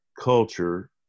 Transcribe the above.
culture